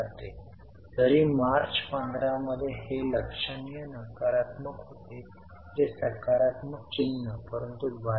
आता जिथे आपल्याला हे 5 आणि 6700 मिळाले आहे तेथून आपण बॅलेन्स शीट मध्ये परत जाऊ